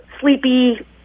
sleepy